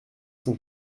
sont